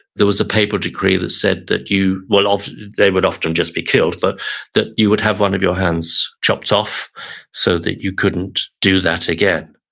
there was a paper decree that said that you, well, often they would often just be killed, but that you would have one of your hands chopped off so that you couldn't do that again.